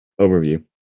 overview